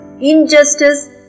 injustice